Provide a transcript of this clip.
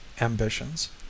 ambitions